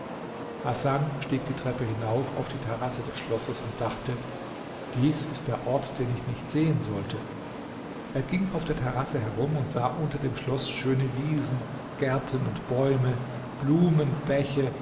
hasan stieg die treppe hinauf auf die terrasse des schlosses und dachte dies ist der ort den ich nicht sehen sollte er ging auf der terrasse herum und sah unter dem schloß schöne wiesen gärten und bäume blumen bäche